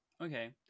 Okay